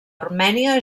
armènia